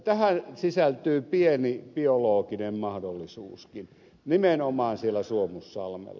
tähän sisältyy pieni biologinen mahdollisuuskin nimenomaan siellä suomussalmella